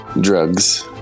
Drugs